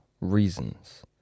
reasons